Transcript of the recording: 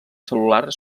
cel·lular